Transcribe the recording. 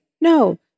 No